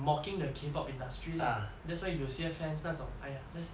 mocking the K pop industry lah that's why 有些 fans 那种 !aiya!